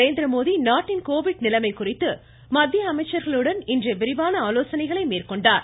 நரேந்திரமோடி நாட்டின் கோவிட் நிலைமை குறித்து மத்திய அமைச்சர்களுடன் இன்று விரிவான ஆலோசனைகளை மேற்கொண்டார்